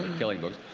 killing books.